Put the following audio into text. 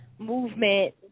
movement